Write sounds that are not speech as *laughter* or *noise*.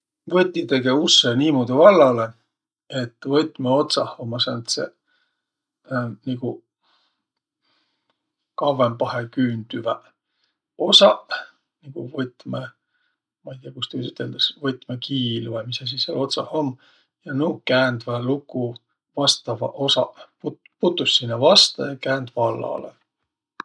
Võti tege ussõ niimuudu vallalõ, et võtmõ otsah ummaq sääntseq *hesitation* niguq kavvõmbahe küündüväq osaq, võtmõ, ma ei tiiäq, kuis tuud üteldäs, võtmõ kiil vai misasi sääl otsah um, ja nuuq käändväq luku vastavaq osaq, put- putus sinnäq vasta ja käänd vallalõ.